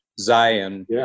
Zion